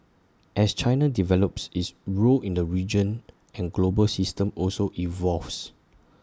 as China develops its role in the regional and global system also evolves